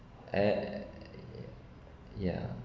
uh yeah